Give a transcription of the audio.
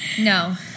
no